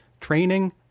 training